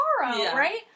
right